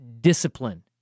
discipline